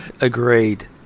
Agreed